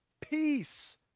peace